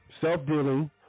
self-dealing